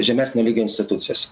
žemesnio lygio institucijos